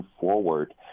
forward